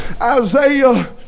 Isaiah